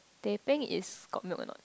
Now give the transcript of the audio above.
teh peng is got milk or not